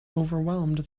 overwhelmed